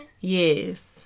Yes